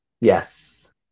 Yes